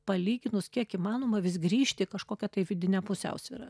palyginus kiek įmanoma vis grįžti į kažkokią tai vidinę pusiausvyrą